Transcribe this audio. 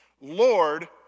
Lord